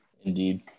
Indeed